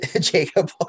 Jacob